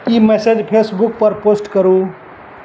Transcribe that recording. ई message फेसबुकपर post करू